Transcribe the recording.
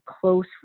close